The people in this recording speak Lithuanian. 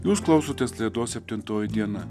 jūs klausotės leduose septintoji diena